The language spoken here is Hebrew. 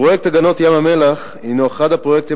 פרויקט הגנות ים-המלח הינו אחד הפרויקטים